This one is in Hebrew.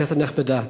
כנסת נכבדה,